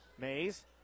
Mays